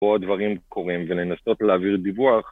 פה הדברים קורים, ולנסות להעביר דיווח.